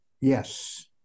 Yes